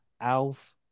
ALF